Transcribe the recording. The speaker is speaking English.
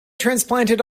transplanted